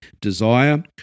desire